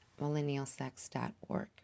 MillennialSex.org